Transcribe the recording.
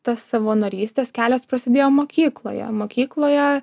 tas savanorystės kelias prasidėjo mokykloje mokykloje